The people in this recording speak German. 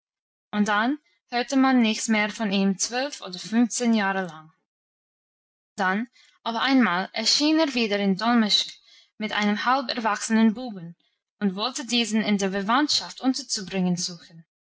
und dann hörte man nichts mehr von ihm zwölf oder fünfzehn jahre lang dann auf einmal erschien er wieder im domleschg mit einem halb erwachsenen buben und wollte diesen in der verwandtschaft unterzubringen suchen